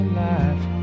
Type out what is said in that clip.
life